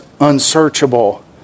unsearchable